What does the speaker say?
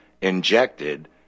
injected